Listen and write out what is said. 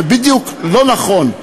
זה בדיוק לא נכון.